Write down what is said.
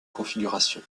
configuration